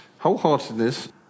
Wholeheartedness